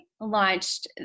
launched